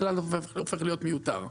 הכלל הופך להיות מיותר.